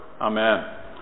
Amen